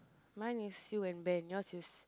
mine is sue and Ben yours is